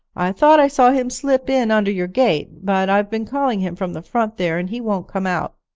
i thought i saw him slip in under your gate, but i've been calling him from the front there and he won't come out